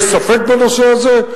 יש ספק בנושא הזה?